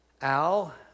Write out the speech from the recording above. Al